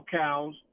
cows